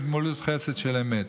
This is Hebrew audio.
בגמילות חסד של אמת.